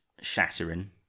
Shattering